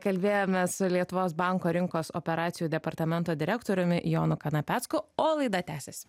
kalbėjomės su lietuvos banko rinkos operacijų departamento direktoriumi jonu kanapecku o laida tęsiasi